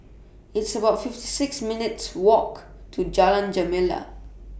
It's about fifty six minutes' Walk to Jalan Gemala